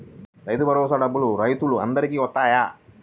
రైతు భరోసా డబ్బులు రైతులు అందరికి వస్తాయా?